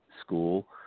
school